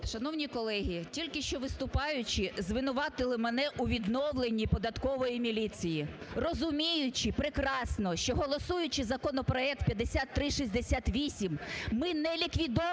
Шановні колеги, тільки що виступаючі звинуватили мене у відновленні податкової міліції, розуміючи прекрасно, що голосуючи законопроект 5368 ми не ліквідовували